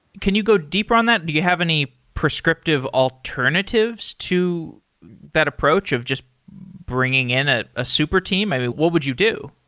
can you go deeper on that? do you have any prescriptive alternatives to that approach of just bringing in a ah super team? i mean, what would you do?